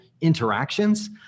interactions